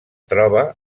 troba